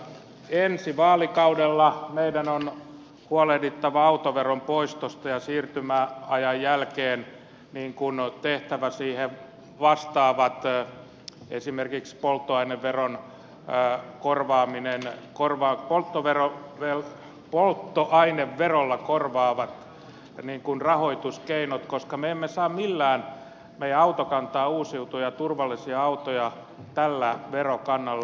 ensi vaalikaudella meidän on huolehdittava autoveron poistosta ja siirtymäajan jälkeen mihin kunnat tehtävän siinä voisi tehtävä esimerkiksi polttoaineveron ja korvaaminen korvaa kun kovero ja polttoaine verolle polttoaineverolla vastaavat korvaavat rahoituskeinot koska me emme saa millään meidän autokantaa uusittua ja turvallisia autoja tällä verokannalla